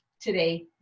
today